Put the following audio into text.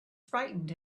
frightened